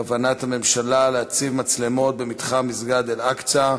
כוונת הממשלה להציב מצלמות במתחם מסגד אל-אקצא,